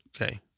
okay